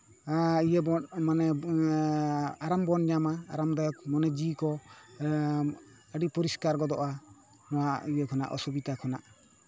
ᱤᱭᱟᱹ ᱵᱚᱱ ᱢᱟᱱᱮ ᱟᱨᱟᱢ ᱵᱚᱱ ᱧᱟᱢᱟ ᱟᱨᱟᱢ ᱫᱟᱭᱚᱠ ᱢᱚᱱᱮ ᱡᱤᱣᱤ ᱠᱚ ᱟᱹᱰᱤ ᱯᱚᱨᱤᱥᱠᱟᱨ ᱜᱚᱫᱚᱜᱼᱟ ᱱᱚᱣᱟ ᱤᱭᱟᱹ ᱠᱷᱚᱱᱟᱜ ᱱᱚᱣᱟ ᱚᱥᱩᱵᱤᱫᱷᱟ ᱠᱷᱚᱱᱟᱜ